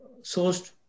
sourced